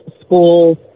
schools